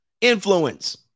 influence